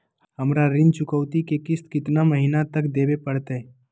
हमरा ऋण चुकौती के किस्त कितना महीना तक देवे पड़तई?